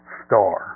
star